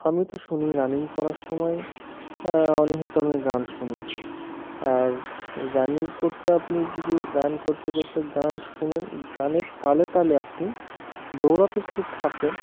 আমি তো শুনি রানিং করার সময় অনিহিতমে গান শুনি আর রানিং করতে আপনি যদি রান করতে করতে গান শুনেন গানের তালে তালে আপনি দৌড়াতে যদি থাকেন